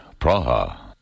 Praha